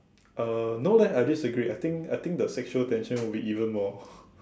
uh no leh I disagree I think I think the sexual tension would be even more